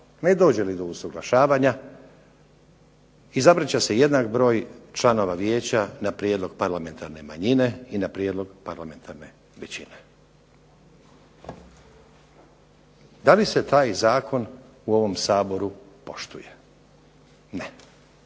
ne dođe li do usuglašavanja izabrat će se jednak broj članova vijeća na prijedlog parlamentarne manjine i na prijedlog parlamentarne većine". Da li se taj zakon u ovom Saboru poštuje? Ne.